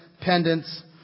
pendants